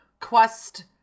quest